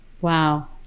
Wow